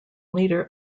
leader